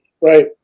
right